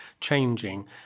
changing